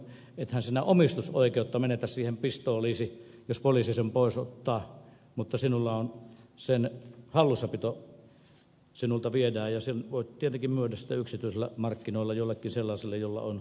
ethän sinä omistusoikeutta menetä siihen pistooliisi jos poliisi sen pois ottaa mutta sen hallussapito sinulta viedään ja voit sen tietenkin sitten myydä yksityisillä markkinoilla jollekin sellaiselle jolla on olemassa lupa